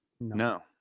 No